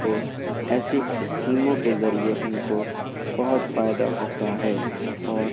تو ایسی اسکیموں کے ذریعہ ان کو بہت فائدہ ہوتا ہے اور